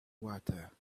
water